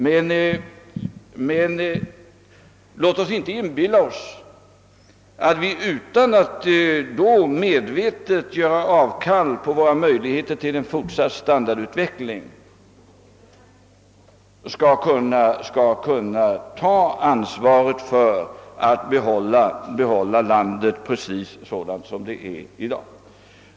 Men låt oss inte inbilla oss att vi utan att medvetet göra avkall på våra möjligheter till en fortsatt standardutveckling skall kunna ta ansvaret för att behålla landet precis sådant som det är i dag!